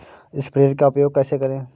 Sprayer का उपयोग कैसे करें?